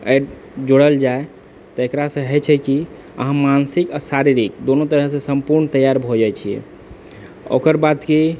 Ed जोरल जाइ तऽ एकरासँ हइ छै की अहाँ मानसिक आओर शारीरिक दुनू तरहसँ सम्पूर्ण तैयार भए जाइ छियै ओकरबाद की